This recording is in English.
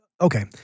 okay